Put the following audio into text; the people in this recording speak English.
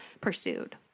pursued